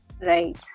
Right